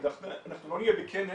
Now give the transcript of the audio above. לא נהיה בכנס